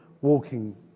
walking